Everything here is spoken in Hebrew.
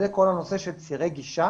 זה כל הנושא של צירי גישה